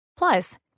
Plus